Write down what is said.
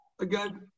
again